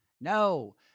No